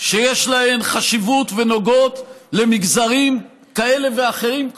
שיש להן חשיבות ונוגעות למגזרים כאלה ואחרים,